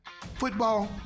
football